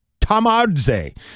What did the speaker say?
Tamadze